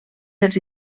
dels